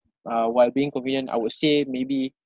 uh while being convenient I would say maybe